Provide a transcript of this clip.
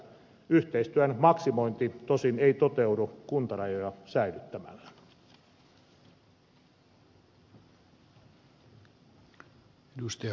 yhteistyön maksimointi tosin ei toteudu kuntarajoja säilyttämällä